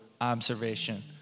observation